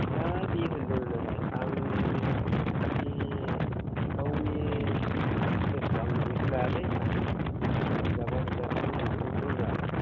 दा बि होन्दोंमोन नालाय आं बिदि सिखावनि केसखौ आं रिस्क लायालै बुजाब्ला बुजाथों होनना बुंदों आरो